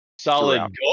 Solid